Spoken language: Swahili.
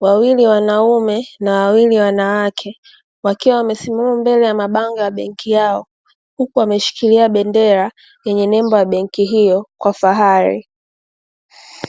wawili wanaume na wawili wanawake, wakiwa wamesimama mbele ya mabango ya benki yao, huku wameshikilia bendera yenye nembo ya benki hiyo kwa fahari.